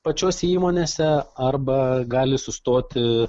pačiose įmonėse arba gali sustoti